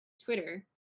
Twitter